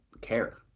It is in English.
care